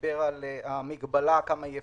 דיבר על כמה המגבלה אפקטיבית.